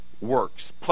works